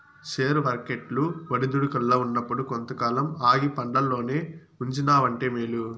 share వర్కెట్లు ఒడిదుడుకుల్ల ఉన్నప్పుడు కొంతకాలం ఆగి పండ్లల్లోనే ఉంచినావంటే మేలు